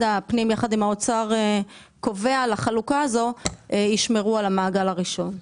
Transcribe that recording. הפנים יחד עם האוצר קובע לחלוקה הזאת ישמרו על המעגל הראשון.